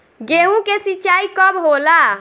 गेहूं के सिंचाई कब होला?